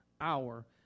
hour